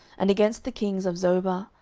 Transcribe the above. and against the kings of zobah,